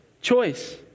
choice